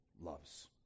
loves